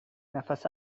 نفس